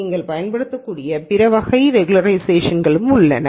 நீங்கள் பயன்படுத்தக்கூடிய பிற வகை ரெகுலராய்சேஷன் களும் உள்ளன